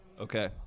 Okay